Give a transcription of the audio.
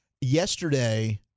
Yesterday